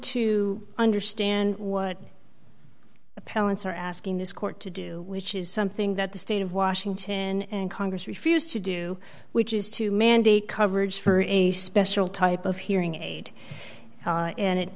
to understand what appellants are asking this court to do which is something that the state of washington and congress refused to do which is to mandate coverage for a special type of hearing aid and it